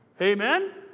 Amen